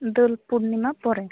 ᱫᱳᱞ ᱯᱩᱨᱱᱤᱢᱟ ᱯᱚᱨᱮ